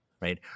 right